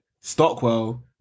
Stockwell